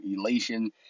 elation